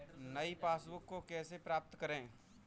नई पासबुक को कैसे प्राप्त करें?